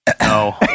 No